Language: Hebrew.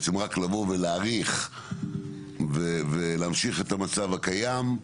בעצם רק לבוא ולהאריך ולהמשיך את המצב הקיים,